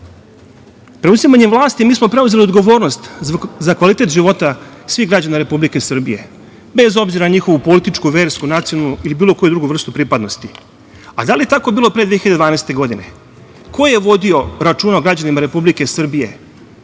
Srbiji. Preuzimanjem vlasti mi smo preuzeli odgovornost za kvalitet života svih građana Republike Srbije, bez obzira na njihovu političku, versku, nacionalnu ili bilo koju drugu vrstu pripadnosti. Da li je tako bilo pre 2012. godine? Ko je vodio računa o građanima Republike Srbije,